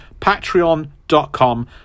Patreon.com